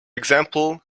example